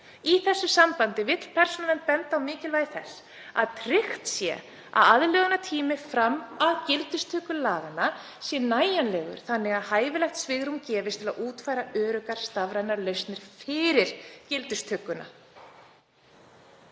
Í þessu sambandi vill Persónuvernd benda á mikilvægi þess að tryggt sé að aðlögunartími fram að gildistöku laganna sé nægjanlegur þannig að hæfilegt svigrúm gefist til að útfæra öruggar stafrænar lausnir fyrir gildistökuna.“